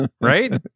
right